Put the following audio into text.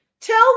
Tell